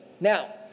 Now